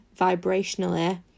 vibrationally